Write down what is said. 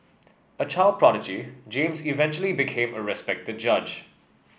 a child prodigy James eventually became a respected judge